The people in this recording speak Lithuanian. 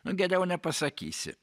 nu geriau nepasakysi